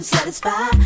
Satisfy